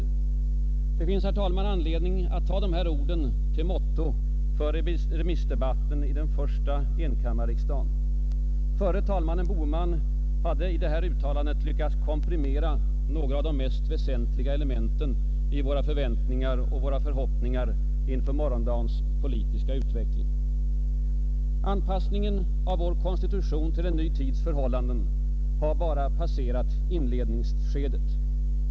Det finns, herr talman, anledning att ta dessa ord till motto för remissdebatten i den första enkammarriksdagen. Förre talmannen Boheman hade i detta uttalande lyckats komprimera några av de mest väsentliga elementen i våra förväntningar och våra förhoppningar inför morgondagens politiska utveckling. Anpassningen av vår konstitution till en ny tids förhållanden har bara passerat inledningsskedet.